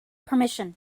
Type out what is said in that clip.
permission